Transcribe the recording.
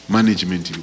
Management